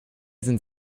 sind